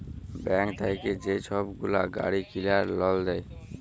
bank থ্যাইকে যে ছব গুলা গাড়ি কিলার লল হ্যয়